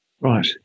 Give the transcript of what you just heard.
Right